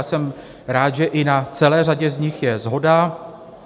Jsem rád, že i na celé řadě z nich je shoda.